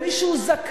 למי שהוא זכאי,